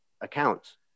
accounts